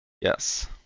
Yes